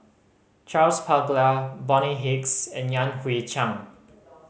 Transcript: Charles Paglar Bonny Hicks and Yan Hui Chang